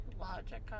logic